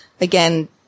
Again